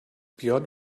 björn